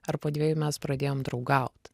ar po dviejų mes pradėjom draugaut